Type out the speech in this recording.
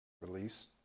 Release